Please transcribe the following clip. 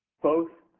both